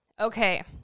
Okay